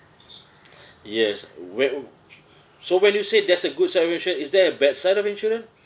yes whe~ so when you said there's a good side of insurance is there a bad side of insurance